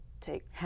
take